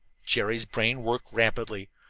jerry's brain worked rapidly.